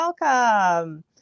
welcome